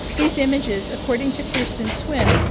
these images according to kirsten swift,